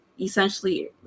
essentially